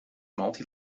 multi